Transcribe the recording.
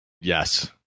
Yes